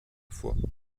fois